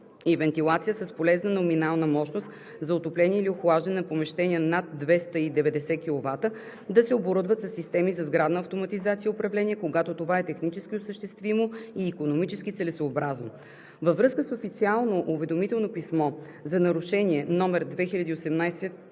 и вентилация с полезна номинална мощност за отопление или охлаждане на помещения над 290 kW да се оборудват със системи за сградна автоматизация и управление, когато това е технически осъществимо и икономически целесъобразно. Във връзка с официално Уведомително писмо за нарушение № 2018/2338